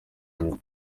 inyuma